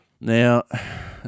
Now